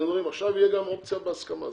עכשיו יהיה גם אופציה בהסכמה.